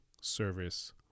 service